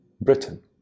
Britain